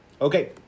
Okay